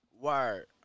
Word